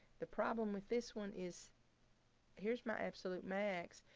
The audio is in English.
the problem with this one is here's my absolute max,